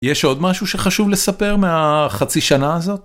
יש עוד משהו שחשוב לספר מהחצי שנה הזאת?